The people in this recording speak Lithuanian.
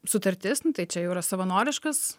sutartis tai čia jau yra savanoriškas